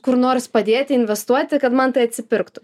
kur nors padėti investuoti kad man tai atsipirktų